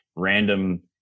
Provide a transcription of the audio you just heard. random